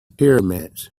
pyramids